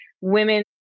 women